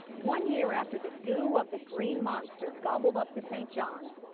one year after the goo of the green monster gobbled up the st. johns,